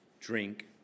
drink